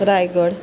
Raigad